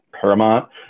paramount